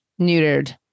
neutered